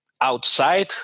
outside